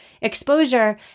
exposure